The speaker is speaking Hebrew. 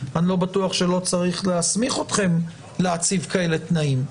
אני לא בטוח שלא צריך להסמיך אתכם להציב כאלה תנאים.